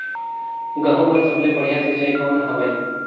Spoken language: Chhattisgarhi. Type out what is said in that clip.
गहूं बर सबले बढ़िया सिंचाई कौन हवय?